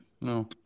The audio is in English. No